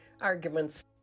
arguments